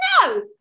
no